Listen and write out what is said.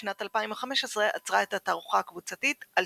בשנת 2015 אצרה את התערוכה הקבוצתית "על